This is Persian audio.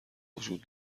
وجود